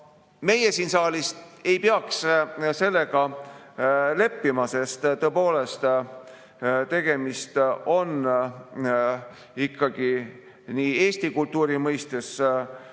meie siin saalis ei peaks sellega leppima, sest tõepoolest, tegemist on ikkagi eesti kultuuri mõistes